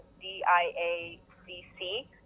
D-I-A-C-C